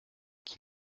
qui